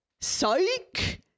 Psych